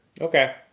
Okay